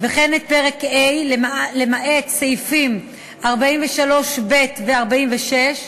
וכן את פרק ה', למעט סעיפים 43(ב) ו-46,